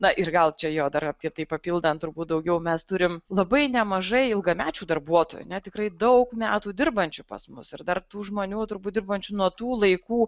na ir gal čia jo dar apie tai papildant turbūt daugiau mes turim labai nemažai ilgamečių darbuotojų ne tikrai daug metų dirbančių pas mus ir dar tų žmonių turbūt dirbančių nuo tų laikų